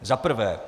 Za prvé.